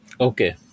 Okay